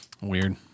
weird